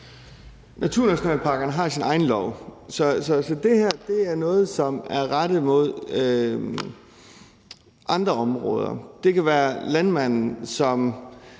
Naturnationalparkerne har deres egen lov, så det her er noget, som er rettet mod andre områder. Det kan være landmanden, som